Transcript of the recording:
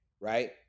Right